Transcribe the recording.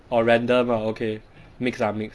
orh random ah okay mix ah mix